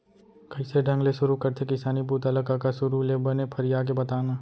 कइसे ढंग ले सुरू करथे किसानी बूता ल कका? सुरू ले बने फरिया के बता न